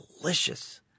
delicious